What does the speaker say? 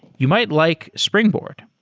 you might like springboard.